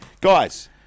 Guys